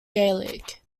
gaelic